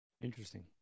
Interesting